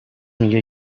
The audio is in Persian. میگه